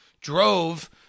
drove